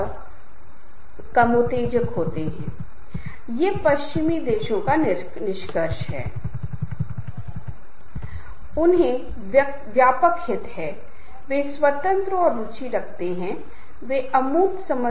हमेशा यह ध्यान रखने की कोशिश करनी चाहिए कि समूह और संचार और हैंडलिंग प्रक्रिया में सामंजस्य बहुत महत्वपूर्ण है जहां तक परस्पर विरोधी स्थितियों का संबंध है